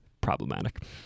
Problematic